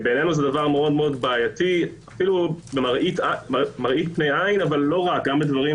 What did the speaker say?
זה בעייתי בעינינו אפילו למראית עין אבל לא רק גם בדברים